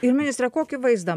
ir ministre kokį vaizdą